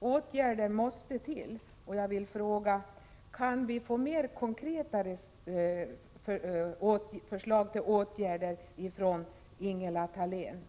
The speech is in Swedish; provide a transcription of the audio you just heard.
Åtgärder måste vidtas. Jag vill därför fråga: Kan vi få mer konkreta förslag till åtgärder från Ingela Thalén?